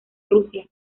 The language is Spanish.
rusia